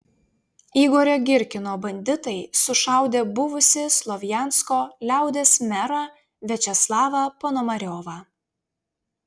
igorio girkino banditai sušaudė buvusį slovjansko liaudies merą viačeslavą ponomariovą